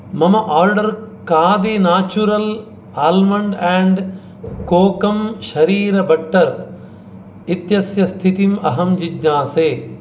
मम ओर्डर् कादि natural almond and kokum शरीर बट्टर् इत्यस्य स्थितिम् अहं जिज्ञासे